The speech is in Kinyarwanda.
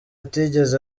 atigeze